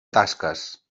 tasques